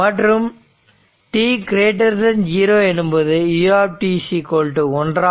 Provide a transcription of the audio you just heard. மற்றும் t0 எனும்போது u 1 ஆகும்